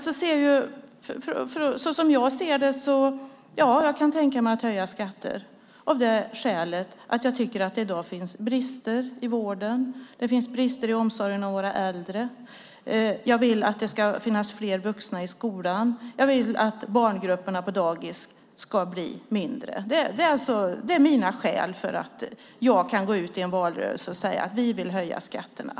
Som jag ser saken kan jag tänka mig att höja skatter. Jag tycker nämligen att det i dag finns brister i vården och i omsorgen om våra äldre. Jag vill att det ska finnas fler vuxna i skolan och att barngrupperna på dagis ska bli mindre. Det är mina skäl för att kunna gå ut i en valrörelse och säga att vi vill höja skatterna.